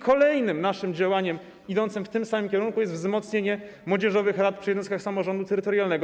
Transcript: Kolejnym naszym działaniem idącym w tym samym kierunku jest wzmocnienie młodzieżowych rad przy jednostkach samorządu terytorialnego.